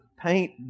paint